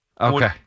Okay